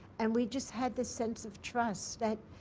and we just had this sense of trust that